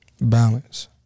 Balance